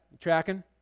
tracking